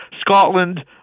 Scotland